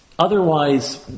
Otherwise